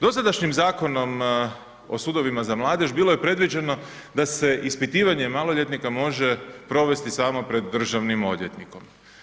Dosadašnjim Zakonom o sudovima za mladež bilo je predviđeno da se ispitivanje maloljetnika može provesti samo pred državnim odvjetnikom.